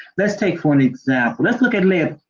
let's take for an example. let's look at lead